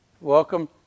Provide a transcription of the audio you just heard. Welcome